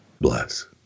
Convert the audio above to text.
bless